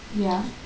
ya